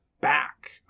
back